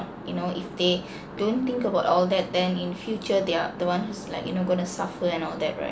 you know if they don't think about all that then in future they're the ones who's like you know going to suffer and all that right